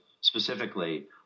specifically